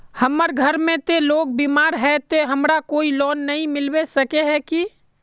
हमर घर में ते लोग बीमार है ते हमरा कोई लोन नय मिलबे सके है की?